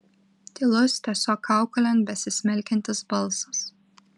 tylus tiesiog kaukolėn besismelkiantis balsas